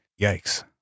Yikes